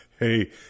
Hey